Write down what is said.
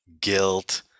guilt